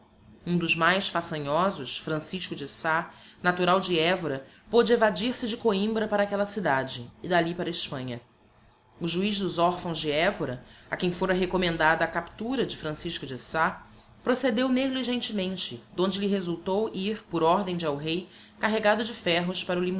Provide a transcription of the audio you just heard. um dos mais façanhosos francisco de sá natural de evora pôde evadir se de coimbra para aquella cidade e d'alli para hespanha o juiz dos orphãos de evora a quem fôra recommendada a captura de francisco de sá procedeu negligentemente d'onde lhe resultou ir por ordem de el-rei carregado de ferros para